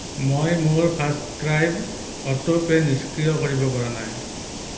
মই মোৰ ফাৰ্ষ্ট ক্ৰাইৰ অটোপে' নিষ্ক্ৰিয় কৰিব পৰা নাই